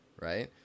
right